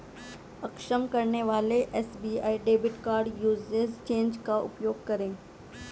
अक्षम करने वाले SBI debit card usage change का उपयोग करें